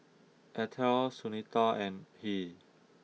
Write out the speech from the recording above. Atal Sunita and Hri